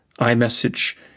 iMessage